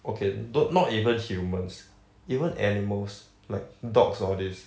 okay don~ not even humans even animals like dogs all this